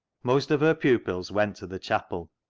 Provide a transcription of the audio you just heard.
most of her pupils went to the chapel,